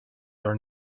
are